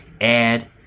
add